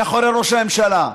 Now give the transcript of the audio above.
מאחורי ראש הממשלה,